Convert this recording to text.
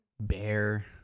bear